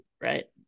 right